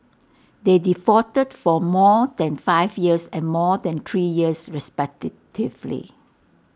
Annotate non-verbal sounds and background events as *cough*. they defaulted for more than five years and more than three years respected *unintelligible*